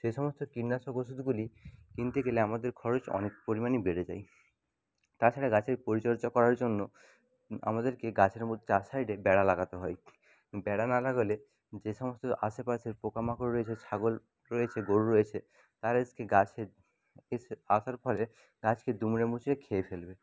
সেই সমস্ত কীটনাশক ওষুধগুলি কিনতে গেলে আমাদের খরচ অনেক পরিমাণই বেড়ে যায় তাছাড়া গাছের পরিচর্যা করার জন্য আমাদেরকে গাছের মধ্যে চার সাইডে বেড়া লাগাতে হয় বেড়া না লাগালে যে সমস্ত আশেপাশের পোকামাকড় রয়েছে ছাগল রয়েছে গরু রয়েছে তারা গাছের এসে আসার ফলে গাছকে দুমড়ে মুচড়ে খেয়ে ফেলবে